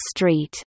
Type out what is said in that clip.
Street